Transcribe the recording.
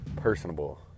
personable